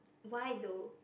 why though